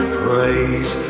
praise